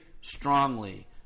strongly